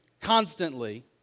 constantly